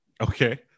Okay